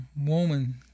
woman